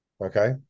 okay